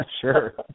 Sure